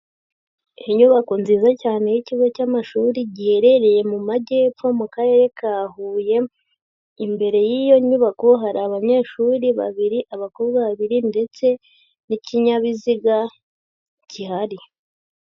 Inyubako nziza cyane y'ikigo cy'amashuri giherereye mu majyepfo mu karere ka Huye, imbere y'iyo nyubako hari abanyeshuri babiri, abakobwa babiri ndetse n'ikinyabiziga gihari.